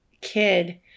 kid